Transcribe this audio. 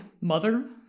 mother